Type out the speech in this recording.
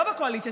לא בקואליציה,